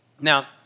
Now